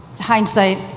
Hindsight